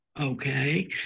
Okay